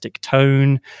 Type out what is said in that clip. tone